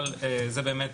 אבל זה באמת,